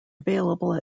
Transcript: available